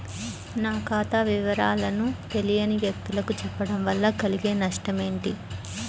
నా ఖాతా వివరాలను తెలియని వ్యక్తులకు చెప్పడం వల్ల కలిగే నష్టమేంటి?